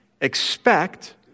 expect